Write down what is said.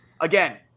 Again